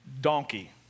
donkey